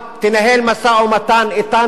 תנהל משא-ומתן אתנו.